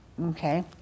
Okay